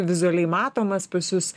vizualiai matomas pas jus